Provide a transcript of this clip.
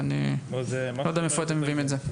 ואני לא יודע מאיפה אתם מביאים את זה.